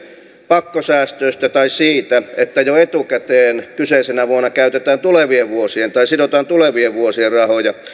pakkosäästöistä tai siitä että jo etukäteen kyseisenä vuonna käytetään tai sidotaan tulevien vuosien rahoja